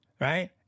right